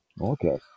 Okay